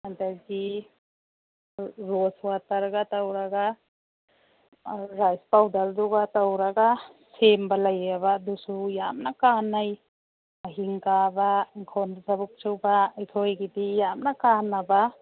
ꯑꯗꯒꯤ ꯔꯣꯁ ꯋꯥꯇꯔꯒ ꯇꯧꯔꯒ ꯔꯥꯏꯁ ꯄꯥꯎꯗꯔꯗꯨꯒ ꯇꯧꯔꯒ ꯁꯦꯝꯕ ꯂꯩꯌꯦꯕ ꯑꯗꯨꯁꯨ ꯌꯥꯝꯅ ꯀꯥꯟꯅꯩ ꯃꯍꯤꯡ ꯀꯥꯕ ꯍꯤꯡꯈꯣꯜꯗ ꯊꯕꯛꯁꯨꯕ ꯑꯩꯈꯣꯏꯒꯤꯗꯤ ꯌꯥꯝꯅ ꯀꯥꯟꯅꯕ